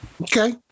Okay